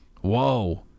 Whoa